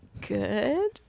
good